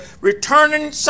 returning